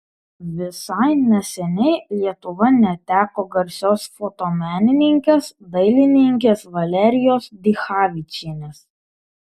visai neseniai lietuva neteko garsios fotomenininkės dailininkės valerijos dichavičienės